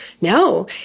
No